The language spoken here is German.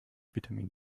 vitamin